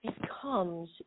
becomes